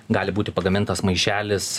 gali būti pagamintas maišelis